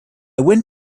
went